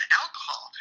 alcohol